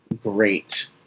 great